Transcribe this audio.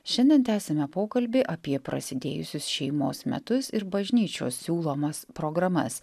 šiandien tęsime pokalbį apie prasidėjusius šeimos metus ir bažnyčios siūlomas programas